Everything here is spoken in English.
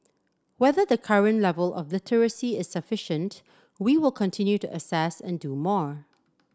whether the current level of literacy is sufficient we will continue to assess and do more